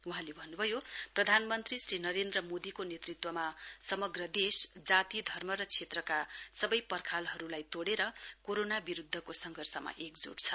वहाँले भन्नुभयो प्रधानमन्त्री श्री नरेन्द्र मोदीको नेतृत्वमा समग्र देश जाति धर्म र क्षेत्रका सबै पर्खालहरूलाई तोडेर कोरोना विरुद्धको संघर्षमा एकजूट छ